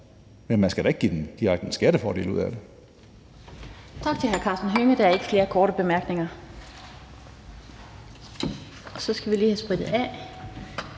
men man skal da ikke direkte give dem en skattefordel af det.